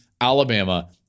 Alabama